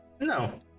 No